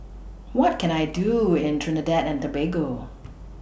What Can I Do in Trinidad and Tobago